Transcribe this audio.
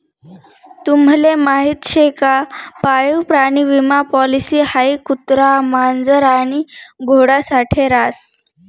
तुम्हले माहीत शे का पाळीव प्राणी विमा पॉलिसी हाई कुत्रा, मांजर आणि घोडा साठे रास